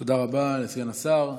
תודה רבה לסגן השר.